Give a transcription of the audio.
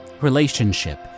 relationship